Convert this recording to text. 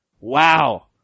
Wow